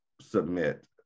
submit